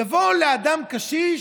לבוא לאדם קשיש,